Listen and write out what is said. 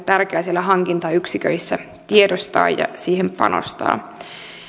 tärkeä siellä hankintayksiköissä tiedostaa ja siihen panostaa